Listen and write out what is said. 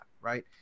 right